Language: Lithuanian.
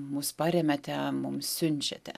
mus paremiate mums siunčiate